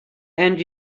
and